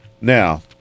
Now